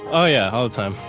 oh yeah, all the time.